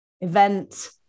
event